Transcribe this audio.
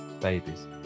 babies